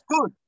good